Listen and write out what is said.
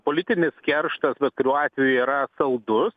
politinis kerštas bet kuriuo atveju yra saldus